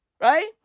Right